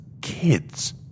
kids